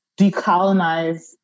decolonize